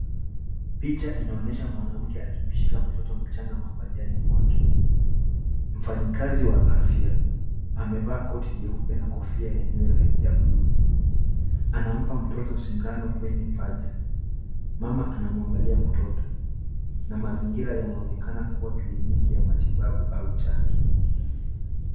Picha inaonyesha mwanamke akimshika mtoto mchanga mapajani wake. Mfanyikazi wa afya amevaa koti jeupe na kofia ya nywele ya bluu. Anampa mtoto sindano kwenye paja. Mama anamwangalia mtoto na mazingira yanaonekana kuwa kliniki ya matibabu au chanjo.